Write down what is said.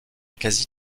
quasi